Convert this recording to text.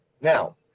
now